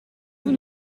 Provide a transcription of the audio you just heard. vous